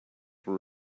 were